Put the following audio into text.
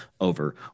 over